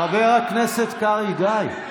חבר הכנסת קרעי, די,